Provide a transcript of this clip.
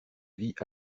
vie